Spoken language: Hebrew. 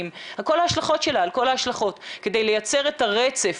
על כל ההשלכות שלה כדי לייצר את הרצף,